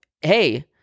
hey